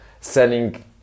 selling